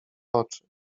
oczy